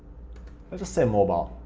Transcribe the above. let's just say mobile.